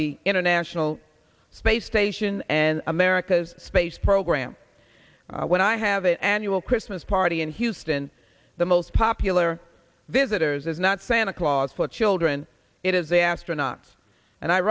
the international space station and america's space program when i have an annual christmas party in houston the most popular visitors is not santa claus for children it is the astronaut and i